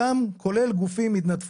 גם חוזר 5/2017 שם על זה דגש מאוד